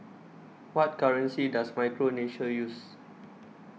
What currency Does Micronesia use